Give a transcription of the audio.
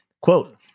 Quote